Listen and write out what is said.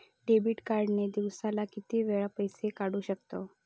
Debit card ने दिवसाला किती वेळा पैसे काढू शकतव?